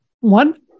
One